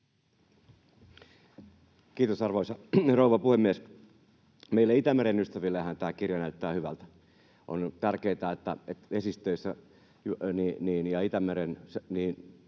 Kiitos, arvoisa rouva puhemies! Meille Itämeren ystävillehän tämä kirja näyttää hyvältä. On tärkeää, että vesistöissä ja Itämeren